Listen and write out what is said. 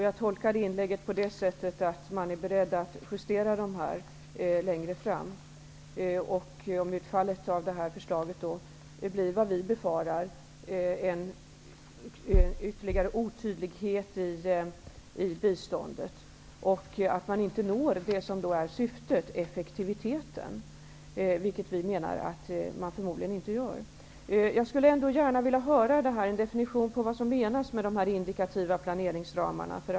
Jag tolkar hans inlägg på det sättet att man är beredd att göra justeringar längre fram, om utfallet blir vad vi befarar, nämligen ytterligare otydlighet i biståndet och att man inte når det som är syftet, effektivitet, vilket vi menar att man inte gör. Sedan skulle jag gärna vilja höra en definition av vad som menas med ''de indikativa planeringsramarna''.